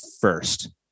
first